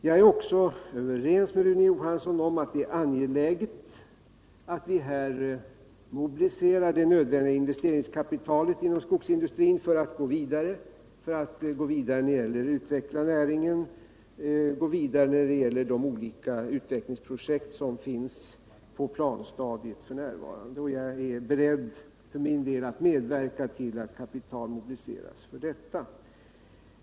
Jag är också överens med Rune Johansson om att det är angeläget att vi mobiliserar det nödvändiga investeringskapitalet inom skogsindustrin för att föra näringen vidare och för att finansiera de olika utvecklingsprojekt som finns på planstadiet f. n. Jag är för min del beredd medverka till att kapital mobiliseras för detta.